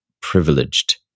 privileged